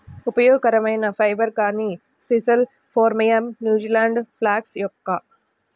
ఉపయోగకరమైన ఫైబర్, కానీ sisal phormium, New Zealand flax yucca